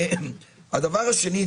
הדבר השני,